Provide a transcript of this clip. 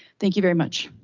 thank you very much.